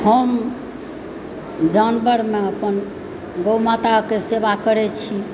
हम जनवरमे अपन गौ माताक सेवा करै छी